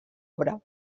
obra